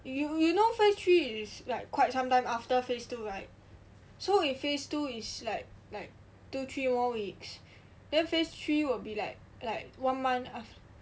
you you know phase three is like quite some time after phase two right so if phase two is like like two three more weeks then phase three will be like like one month after